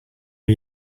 are